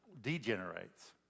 degenerates